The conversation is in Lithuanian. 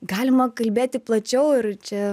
galima kalbėti plačiau ir čia